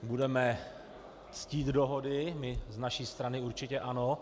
Budeme ctít dohody, my z naší strany určitě ano.